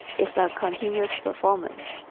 is a continuous performance.